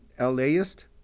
LAist